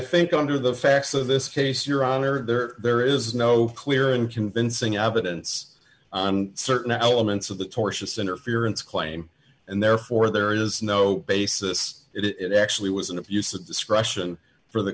think under the facts of this case your honor there there is no clear and convincing evidence on certain elements of the tortious interference claim and therefore there is no basis it actually was an abuse of discretion for the